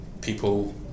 people